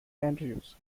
andrews